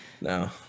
No